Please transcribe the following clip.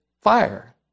fire